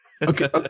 Okay